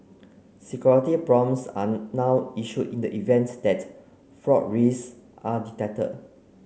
security prompts are now issued in the event that fraud risks are detected